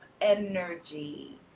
energy